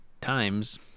times